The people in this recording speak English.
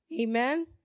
Amen